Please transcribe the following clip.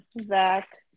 Zach